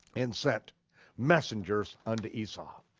and sent messengers unto esau.